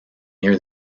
near